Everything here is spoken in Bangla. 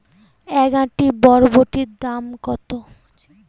এক আঁটি বরবটির দাম কত?